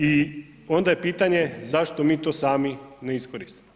I onda je pitanje zašto mi to sami ne iskoristimo.